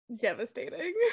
Devastating